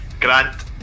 Grant